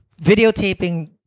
videotaping